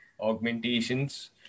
augmentations